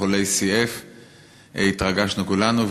לחולי CF. התרגשנו כולנו,